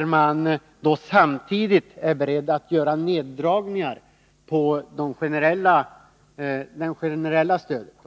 då man samtidigt är beredd att göra neddragningar i det generella stödet.